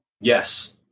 Yes